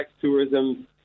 tourism